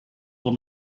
will